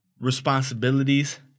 responsibilities